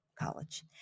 College